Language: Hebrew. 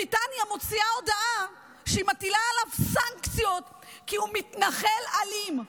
בריטניה מוציאה הודעה שהיא מטילה עליו סנקציות כי הוא מתנחל אלים.